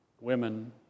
women